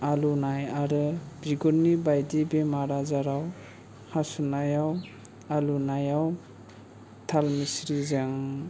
आलौनाय आरो बिगुरनि बायदि बेराम आजाराव हासुनायाव आलौनायाव थालमिस्रिजों